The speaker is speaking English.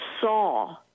saw